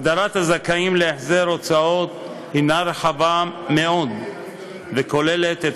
הגדרת הזכאים להחזר הוצאות היא רחבה מאוד וכוללת את